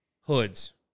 hoods